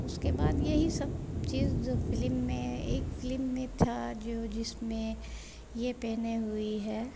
उसके बाद यही सब चीज़ ज़ो फिलिम में एक फिलिम में था जो जिसमें यह पहने हुई है